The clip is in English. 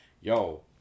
yo